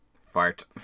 Fart